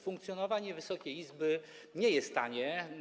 Funkcjonowanie Wysokiej Izby nie jest tanie.